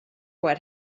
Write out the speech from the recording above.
what